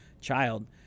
child